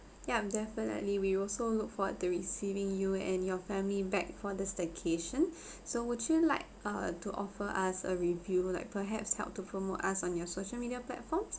ya I'm definitely we also look forward to receiving you and your family back for the staycation so would you like uh to offer us a review like perhaps help to promote us on your social media platforms